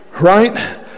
right